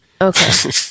Okay